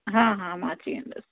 हा हा मां अची वेंदसि